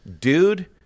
Dude